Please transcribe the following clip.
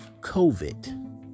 COVID